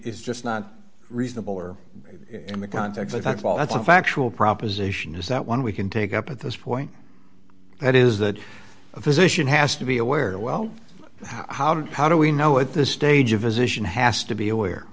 it's just not reasonable or in the context i think well that's a factual proposition is that one we can take up at this point that is that a physician has to be aware well how did how do we know at this stage of physicians has to be aware